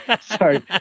sorry